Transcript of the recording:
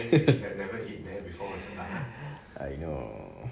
I know